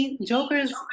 Joker's